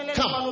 come